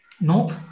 nope